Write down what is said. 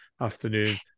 afternoon